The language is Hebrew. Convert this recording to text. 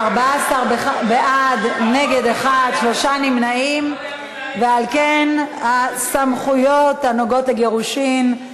בעד, 14, נגד, 1, נמנעים, 2. ההצעה התקבלה.